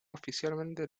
oficialmente